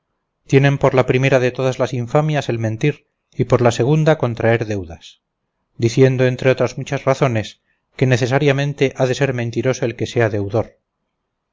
tienen por la primera de todas las infamias el mentir y por la segunda contraer deudas diciendo entre otras muchas razones que necesariamente ha de ser mentiroso el que sea deudor